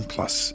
Plus